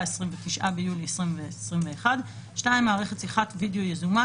(29 ביולי 2021); "מערכת שיחת וידאו יזומה",